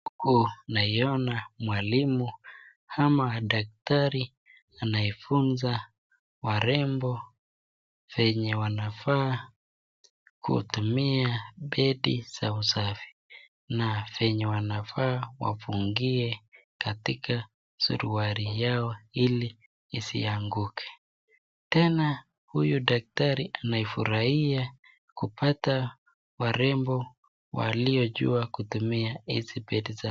Naona mwalimu ama daktari anayefunza warembo venye wanafaa kutumia bedi za usafi na venye wanafaa wafungia kwenye suruali yao ili isianguke. Tena huyu daktari anafurahia kupata warembo waliojua kutumia hizi pedi zao.